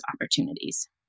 opportunities